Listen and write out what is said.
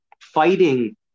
fighting